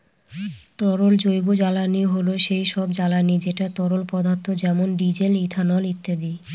তরল জৈবজ্বালানী হল সেই সব জ্বালানি যেটা তরল পদার্থ যেমন ডিজেল, ইথানল ইত্যাদি